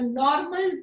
normal